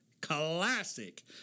Classic